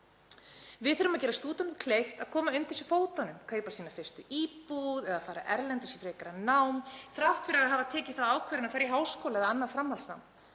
Við þurfum að gera stúdentum kleift að koma undir sig fótunum, kaupa sína fyrstu íbúð eða fara erlendis í frekara nám þrátt fyrir að hafa tekið þá ákvörðun að fara í háskóla eða annað framhaldsnám.